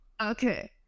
Okay